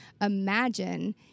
imagine